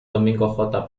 domingo